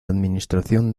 administración